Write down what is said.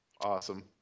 Awesome